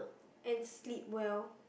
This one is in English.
and sleep well